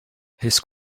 his